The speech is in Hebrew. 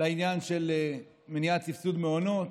לעניין של מניעת סבסוד מעונות.